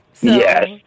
Yes